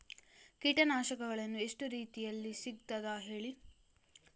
ಕೀಟನಾಶಕಗಳು ಎಷ್ಟು ರೀತಿಯಲ್ಲಿ ಸಿಗ್ತದ ಹೇಳಿ